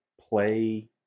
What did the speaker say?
play